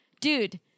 dude